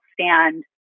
stand